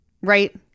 right